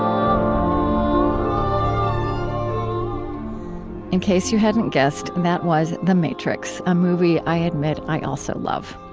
um in case you hadn't guessed, that was the matrix, a movie i admit i also love.